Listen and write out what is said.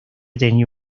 tenía